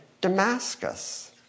Damascus